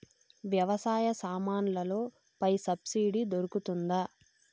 వ్యవసాయ సామాన్లలో పై సబ్సిడి దొరుకుతుందా?